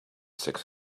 six